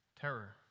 Terror